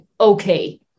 okay